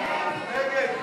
ההסתייגויות לסעיף 41,